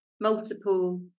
multiple